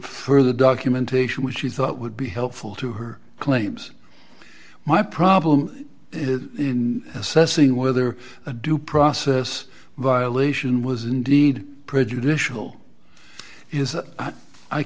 further documentation which she thought would be helpful to her claims my problem is in assessing whether a due process violation was indeed prejudicial is i